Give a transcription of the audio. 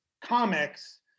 comics